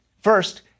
First